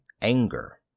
anger